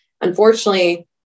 unfortunately